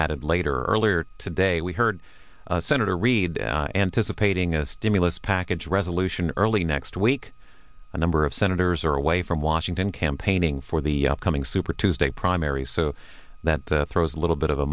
added later or earlier today we heard senator reid anticipating a stimulus package resolution early next week a number of senators are away from washington campaigning for the upcoming super tuesday primaries so that throws a little bit of a